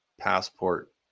passport